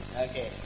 Okay